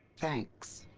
thanks.